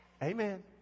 Amen